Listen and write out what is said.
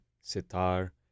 sitar